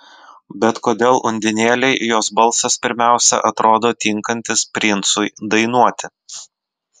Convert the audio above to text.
bet kodėl undinėlei jos balsas pirmiausia atrodo tinkantis princui dainuoti